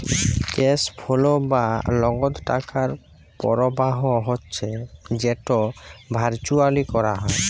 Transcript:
cash flow বা লগদ টাকার পরবাহ হচ্যে যেট ভারচুয়ালি ক্যরা হ্যয়